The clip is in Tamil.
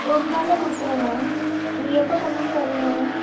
ஒரு நாளில் குடுத்துடுவேன்மா நீங்கள் எப்போ கொண்டு வந்து தருவீங்க